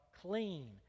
clean